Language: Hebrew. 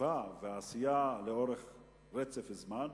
מחשיבה ועשייה לאורך רצף זמן.